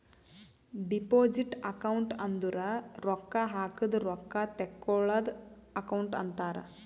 deposit account ಅಂದುರ್ ರೊಕ್ಕಾ ಹಾಕದ್ ರೊಕ್ಕಾ ತೇಕ್ಕೋಳದ್ ಅಕೌಂಟ್ ಅಂತಾರ್